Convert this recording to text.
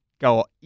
go